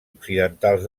occidentals